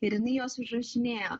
ir jinai juos užrašinėjo